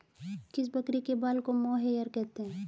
किस बकरी के बाल को मोहेयर कहते हैं?